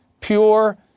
pure